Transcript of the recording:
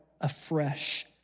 afresh